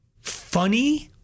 funny